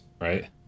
right